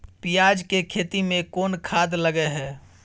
पियाज के खेती में कोन खाद लगे हैं?